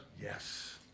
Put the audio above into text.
Yes